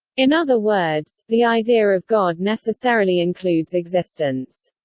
in other words, the idea of god necessarily includes existence.